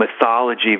mythology